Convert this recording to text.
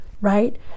right